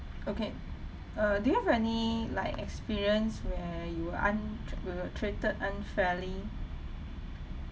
okay uh do you have any like experience where you were un~ you were treated unfairly